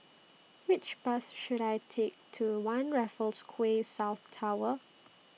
Which Bus should I Take to one Raffles Quay South Tower